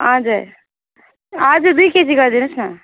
हजुर हजुर दुई केजी गरिदिनुहोस् न